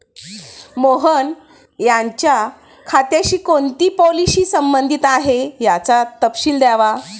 मोहन यांच्या खात्याशी कोणती पॉलिसी संबंधित आहे, याचा तपशील द्यावा